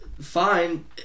fine